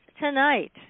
tonight